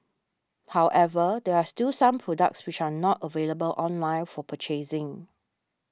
however there are still some products which are not available online for purchasing